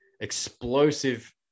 explosive